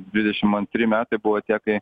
dvidešimt antri metai buvo tie kai